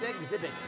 exhibit